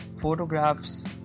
photographs